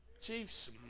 Chiefs